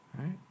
Right